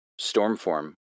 Stormform